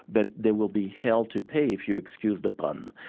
that there will be here to pay, if you excuse the pun.